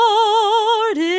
Lord